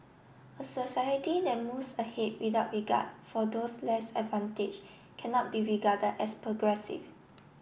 a society that moves ahead without regard for those less advantaged cannot be regarded as progressive